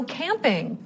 camping